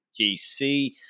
GC